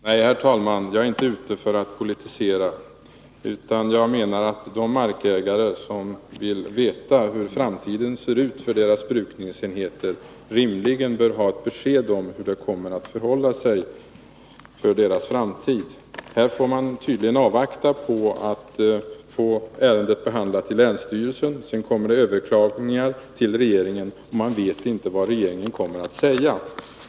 Herr talman! Nej, jag är inte ute efter att politisera. Jag menar bara att de markägare som vill veta hur framtiden kommer att se ut för deras brukningsenheter rimligen bör få besked om hur det kommer att förhålla sig. Här får man tydligen avvakta länsstyrelsens behandling av ärendet. Sedan sker överklagande till regeringen, och man vet inte vad regeringen kommer att säga.